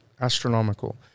astronomical